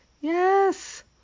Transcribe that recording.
Yes